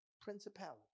principality